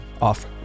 off